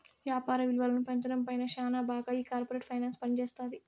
యాపార విలువను పెంచడం పైన శ్యానా బాగా ఈ కార్పోరేట్ ఫైనాన్స్ పనిజేత్తది